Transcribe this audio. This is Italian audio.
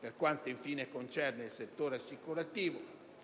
Per quanto concerne infine il settore assicurativo,